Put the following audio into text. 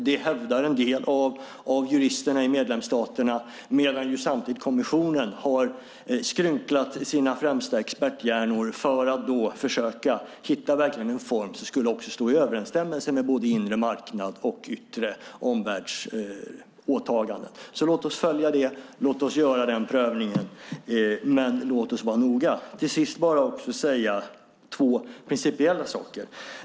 Det hävdar en del av juristerna i medlemsstaterna medan kommissionen samtidigt har skrynklat sina främsta experthjärnor för att verkligen försöka hitta en form som skulle stå i överensstämmelse med både inre marknad och yttre omvärldsåtaganden. Låt oss följa detta. Låt oss göra den prövningen, men låt oss vara noga! Till sist vill jag säga två principiella saker.